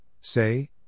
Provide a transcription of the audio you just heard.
say